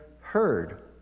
heard